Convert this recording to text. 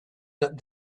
that